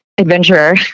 adventurer